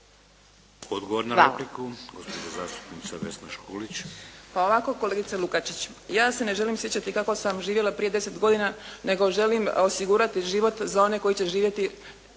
Odgovor na repliku gospođa zastupnica Vesna Škulić. **Škulić, Vesna (SDP)** Pa ovako kolegice Lukačić, ja se ne želim sjećati kako sam živjela prije 10 godina, nego želim osigurati život za one koji će živjeti